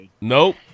nope